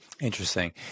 Interesting